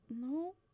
no